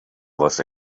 was